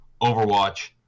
overwatch